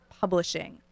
publishing